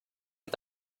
est